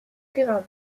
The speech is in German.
keramik